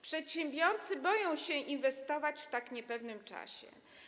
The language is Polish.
Przedsiębiorcy boją się inwestować w tak niepewnym czasie.